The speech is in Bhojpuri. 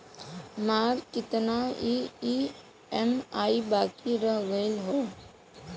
हमार कितना ई ई.एम.आई बाकी रह गइल हौ?